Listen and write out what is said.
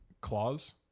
claws